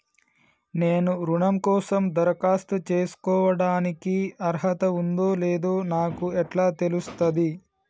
నేను రుణం కోసం దరఖాస్తు చేసుకోవడానికి అర్హత ఉందో లేదో నాకు ఎట్లా తెలుస్తది?